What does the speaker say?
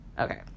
okay